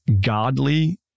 godly